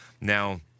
Now